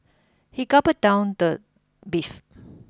he gulped down the beef